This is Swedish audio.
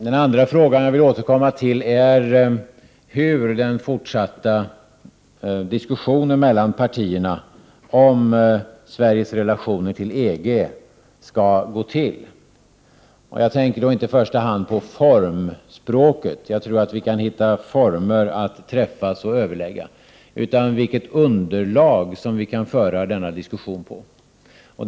Den andra fråga som jag vill återkomma till är hur den fortsatta diskussionen mellan partierna om Sveriges relationer till EG skall gå till. Jag tänker då i första hand inte på formspråket — jag tror att vi kan hitta former att träffas och överlägga — utan på vilket underlag som vi kan föra den diskussionen utifrån.